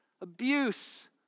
abuse